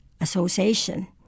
association